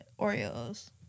Oreos